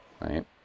Right